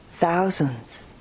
thousands